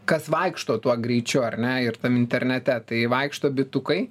kas vaikšto tuo greičiu ar ne ir tam internete tai vaikšto bitukai